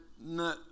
no